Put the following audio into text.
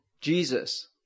Jesus